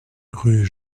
rue